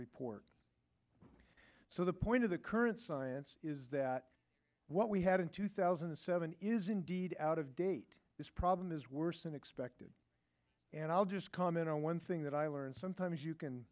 report so the point of the current science is that what we had in two thousand and seven is indeed out of date this problem is worse than expected and i'll just comment on one thing that i learned sometimes you can